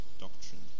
doctrine